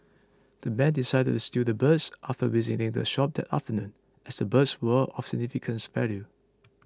the men decided to steal the birds after visiting the shop that afternoon as the birds were of significant value